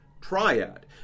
triad